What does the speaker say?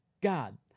God